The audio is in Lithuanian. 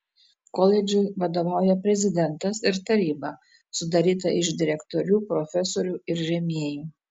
koledžui vadovauja prezidentas ir taryba sudaryta iš direktorių profesorių ir rėmėjų